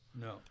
No